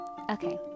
okay